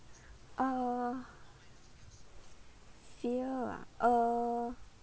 uh fear ah err